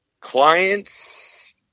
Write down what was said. clients